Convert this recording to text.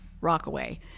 Rockaway